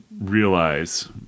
realize